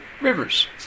rivers